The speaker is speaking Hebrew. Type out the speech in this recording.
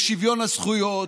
בשוויון הזכויות,